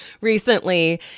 recently